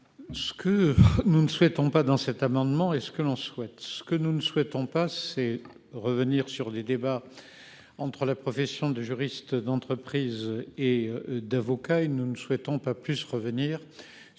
Ce que nous ne souhaitons pas dans cet amendement et ce que l'on souhaite, ce que nous ne souhaitons pas, c'est revenir sur des débats. Entre la profession de juristes d'entreprise et d'avocats et nous ne souhaitons pas plus revenir sur